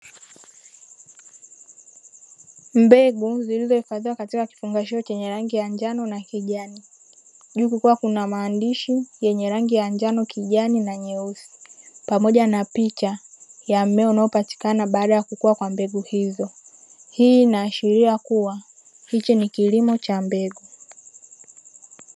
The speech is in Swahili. Mbegu zilizohifadhiwa katika kifungashio chenye rangi ya njano na kijani, juu kukiwa kuna maandishi yenye rangi ya njano, kijani na nyeusi, pamoja na picha ya mmea unaopatikana baada ya kukua kwa mbegu hizo. Hii inaashiria kuwa hichi ni kilimo cha mbegu.